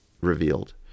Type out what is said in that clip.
revealed